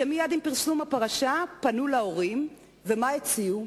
שמייד עם פרסום הפרשה פנו אל ההורים, ומה הציעו?